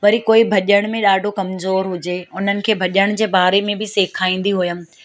वरी कोई भॼण में ॾाढो कमज़ोर हुजे उन्हनि खे भॼण जे बारे में बि सेखारींदी हुयमि